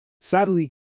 Sadly